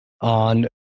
on